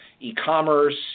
e-commerce